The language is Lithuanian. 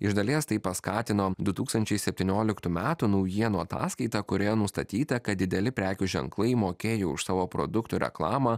iš dalies tai paskatino du tūkstančiai septynioliktų metų naujienų ataskaitą kurioje nustatyta kad dideli prekių ženklai mokėjo už savo produktų reklamą